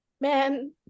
man